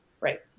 Right